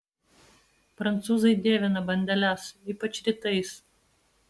prancūzai dievina bandeles ypač rytais